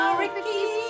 ricky